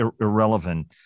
irrelevant